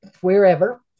wherever